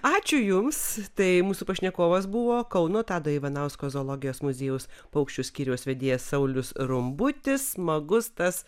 ačiū jums tai mūsų pašnekovas buvo kauno tado ivanausko zoologijos muziejaus paukščių skyriaus vedėjas saulius rumbutis smagus tas